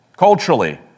culturally